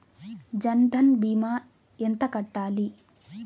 జన్ధన్ భీమా ఎంత కట్టాలి?